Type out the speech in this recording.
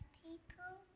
people